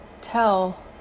tell